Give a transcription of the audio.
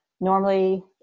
normally